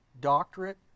doctorate